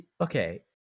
Okay